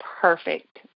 perfect